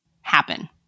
happen